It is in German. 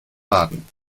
baden